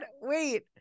wait